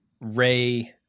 Ray